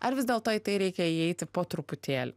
ar vis dėlto į tai reikia įeiti po truputėlį